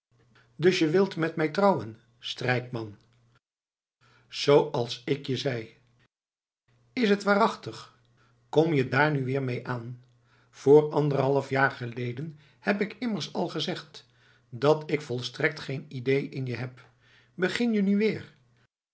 dus je wilt met mij trouwen strijkman zooals ik zei is t waarachtig kom je daar nu weer mee aan voor anderhalf jaar geleden heb ik immers al gezegd dat ik volstrekt geen idee in je heb begin je nu weer